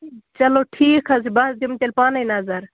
چلو ٹھیٖک حظ چھُ بہٕ حظ دِمہ تیٚلہ پانے نَظر